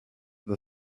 the